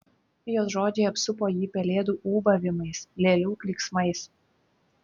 jos žodžiai apsupo jį pelėdų ūbavimais lėlių klyksmais